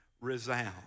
resound